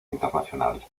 internacional